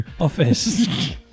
office